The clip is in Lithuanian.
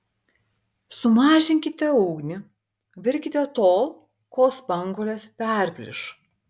sumažinkite ugnį virkite tol kol spanguolės perplyš